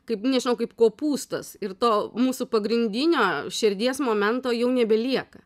kaip nežinau kaip kopūstas ir to mūsų pagrindinio širdies momento jau nebelieka